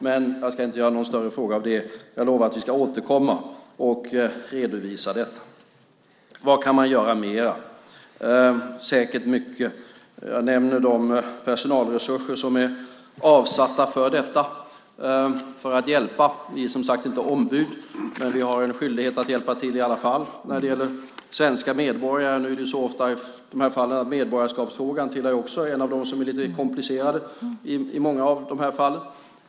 Men jag ska inte göra någon större fråga av det. Jag lovar att vi ska återkomma och redovisa detta. Vad kan man göra mer? Det är säkert mycket. Jag nämner de personalresurser som är avsatta för detta för att hjälpa. Vi är inte ombud, som sagt, men vi har en skyldighet att hjälpa till i alla fall när det gäller svenska medborgare. Medborgarskapsfrågan är också en av de frågor som är komplicerade i många av dessa fall.